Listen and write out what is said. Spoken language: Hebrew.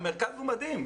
המרכז הוא מדהים.